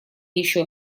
ещё